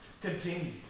continue